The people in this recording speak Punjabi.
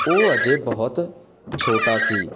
ਉਹ ਅਜੇ ਬਹੁਤ ਛੋਟਾ ਸੀ